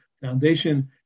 Foundation